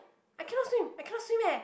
I cannot swim I cannot swim eh